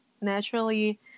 naturally